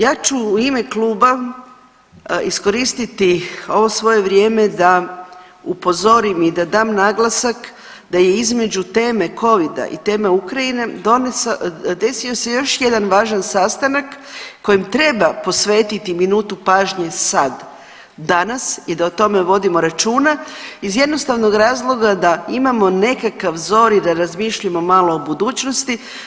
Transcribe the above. Ja ću u ime kluba iskoristiti ovo svoje vrijeme da upozorim i da dam naglasak da je između teme Covida i teme Ukrajine desio se još jedan važan sastanak kojem treba posvetiti minutu pažnje sad, danas i da o tome vodimo računa iz jednostavnog razloga da imamo nekakav zorij da razmišljamo malo o budućnosti.